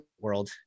world